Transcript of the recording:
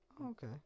okay